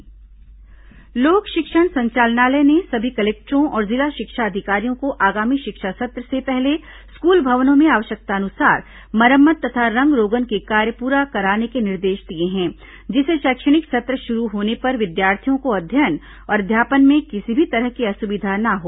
school भवन मरम्मत लोक शिक्षण संचालनालय ने सभी कलेक्टरों और जिला शिक्षा अधिकारियों को आगामी शिक्षा सत्र से पहले स्कूल भवनों में आवश्यकतानुसार मरम्मत तथा रंग रोगन के कार्य पूरा कराने के निर्देश दिए हैं जिससे शैक्षणिक सत्र शुरू होने पर विद्यार्थियों को अध्ययन और अध्यापन में किसी भी तरह की असुविधा न हो